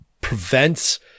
prevents